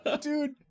dude